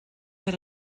had